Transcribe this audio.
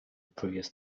previous